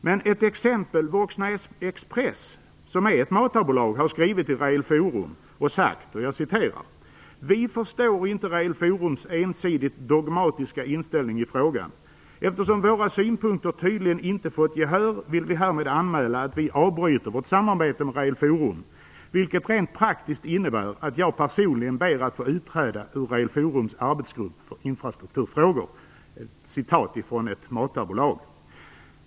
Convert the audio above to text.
Men Woxna Express, som är ett matarbolag, har skrivit till Rail Forum och sagt följande: Vi förstår inte Rail Forums ensidigt dogmatiska inställning i frågan. Eftersom våra synpunkter tydligen inte fått gehör vill vi härmed anmäla att vi avbryter vårt samarbete med Rail Forum, vilket rent praktiskt innebär att jag personligen ber att få utträda ur Rail Forums arbetsgrupp för infrastrukturfrågor.